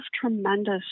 tremendous